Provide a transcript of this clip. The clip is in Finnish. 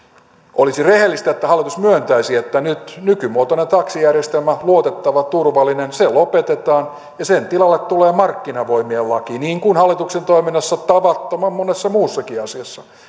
olisi rehellistä että hallitus myöntäisi että nyt nykymuotoinen taksijärjestelmä luotettava ja turvallinen lopetetaan ja sen tilalle tulee markkinavoimien laki niin kuin hallituksen toiminnassa tavattoman monessa muussakin asiassa